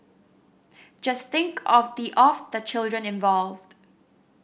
just think of the of the children involved